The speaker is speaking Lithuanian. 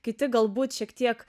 kiti galbūt šiek tiek